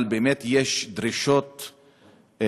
אבל באמת יש דרישות אין-ספור,